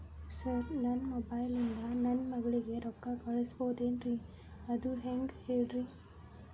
sir ನನ್ನ mobile ಇಂದ ನನ್ನ ಮಗಳಿಗೆ ರೊಕ್ಕಾ ಕಳಿಸಬಹುದೇನ್ರಿ ಅದು ಹೆಂಗ್ ಹೇಳ್ರಿ